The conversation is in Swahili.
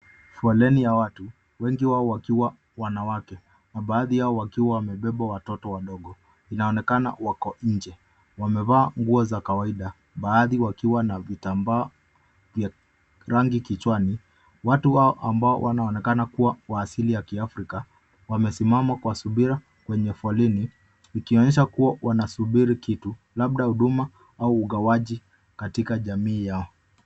inaonekana wako nje. Wamevaa nguo za kawaida, baadhi wakiwa wamebeba vifaa vya kichwani vyenye rangi tofauti. Watu hawa, ambao wanaonekana kuwa wa asili ya Kiafrika, wamesimama kwa subira kwenye foleni, ikionyesha kwamba wanasubiri kitu, labda huduma au ugawaji katika jamii yao